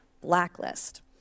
blacklist